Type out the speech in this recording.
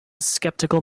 skeptical